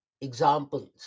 examples